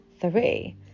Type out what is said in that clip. three